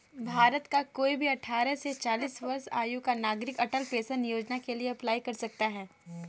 भारत का कोई भी अठारह से चालीस वर्ष आयु का नागरिक अटल पेंशन योजना के लिए अप्लाई कर सकता है